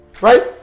right